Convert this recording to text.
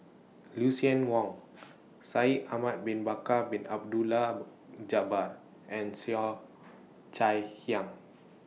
Lucien Wang Shaikh Ahmad Bin Bakar Bin Abdullah Jabbar and Cheo Chai Hiang